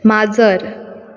माजर